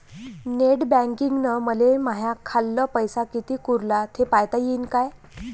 Net बँकिंगनं मले माह्या खाल्ल पैसा कितीक उरला थे पायता यीन काय?